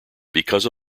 because